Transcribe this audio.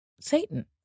satan